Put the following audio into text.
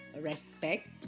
respect